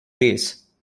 race